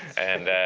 and